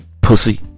Pussy